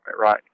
right